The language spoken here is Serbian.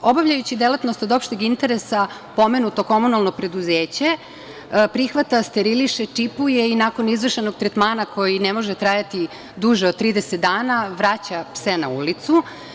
Obavljajući delatnost od opšteg interesa pomenuto komunalno preduzeće prihvata, steriliše, čipuje i, nakon izvršenog tretmana koji ne može trajati duže od 30 dana, vraća pse na ulicu.